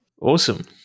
Awesome